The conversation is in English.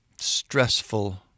stressful